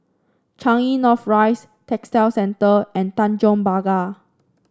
Changi North Rise Textile Centre and Tanjong Pagar